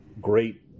great